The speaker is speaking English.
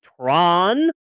Tron